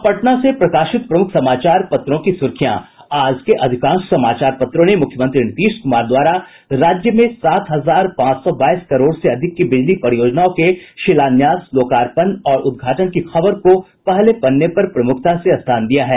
अब पटना से प्रकाशित प्रमुख समाचार पत्रों की सुर्खियां आज के अधिकांश समाचार पत्रों ने मुख्यमंत्री नीतीश कुमार द्वारा राज्य में सात हजार पांच सौ बाईस करोड़ से अधिक की बिजली परियोजनाओं के शिलान्यास लोकार्पण और उद्घाटन की खबर को पहले पन्ने पर प्रमुखता से स्थान दिया है